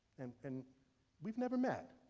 and and we've never met.